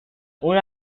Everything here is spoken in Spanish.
una